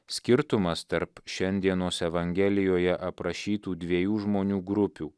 skirtumas tarp šiandienos evangelijoje aprašytų dviejų žmonių grupių